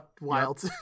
wild